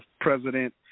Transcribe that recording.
president